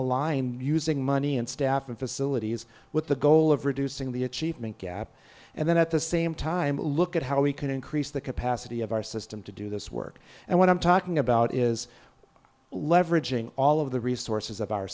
align using money and staff and facilities with the goal of reducing the achievement gap and then at the same time look at how we can increase the capacity of our system to do this work and when i'm talking about is leveraging all of the resources of our